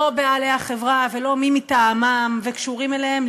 לא בעלי החברה ולא מי מטעמם וקשורים אליהם,